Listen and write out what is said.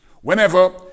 Whenever